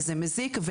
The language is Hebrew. וזה מזיק,